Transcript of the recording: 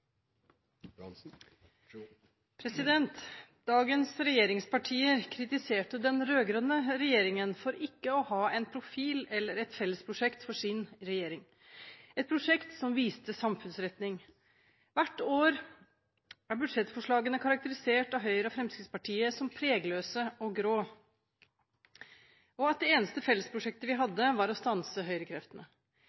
til business. Dagens regjeringspartier kritiserte den rød-grønne regjeringen for ikke å ha en profil eller et felles prosjekt for sin regjering – et prosjekt som viste samfunnsretning. Hvert år har budsjettforslagene blitt karakterisert som pregløse og grå av Høyre og Fremskrittspartiet. Det eneste fellesprosjektet vi